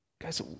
Guys